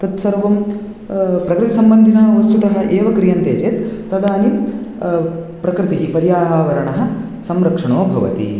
तत्सर्वं प्रकृतिसम्बन्धिनवस्तुतः एव क्रियन्ते चेत् तदानीं प्रकृतिः पर्यावरणः संरक्षणो भवति